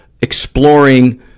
exploring